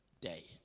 day